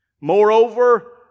Moreover